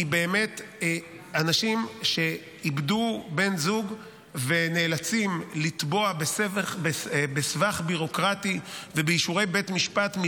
אנשים שאיבדו בן זוג ונאלצים לטבוע בסבך ביורוקרטי ובאישורי בית משפט.